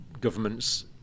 governments